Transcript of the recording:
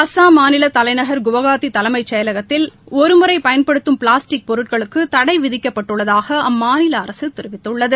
அஸ்ஸாம் மாநில தலைநகர் குவாஹாத்தி தலைளமச் செயலகத்தில் ஒருமுறை பயன்படுத்தும் பிளாஸ்டிக் பொருட்களுக்கு தடை விதிக்கப்பட்டுள்ளதாக அம்மாநில அரசு தெரிவித்துள்ளது